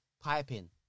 piping